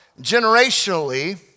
generationally